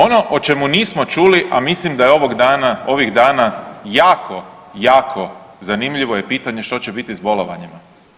Ono o čemu nismo čuli, a mislim da je ovog dana, ovih dana jako, jako zanimljivo je pitanje što će biti s bolovanjima.